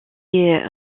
est